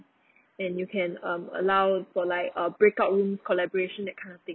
and you can um allow for like a breakout room collaboration that kind of thing